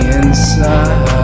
inside